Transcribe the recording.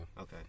okay